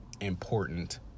important